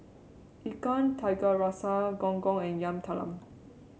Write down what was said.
Ikan Tiga Rasa Gong Gong and Yam Talam